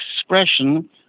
expression